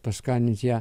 paskanint ją